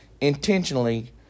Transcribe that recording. intentionally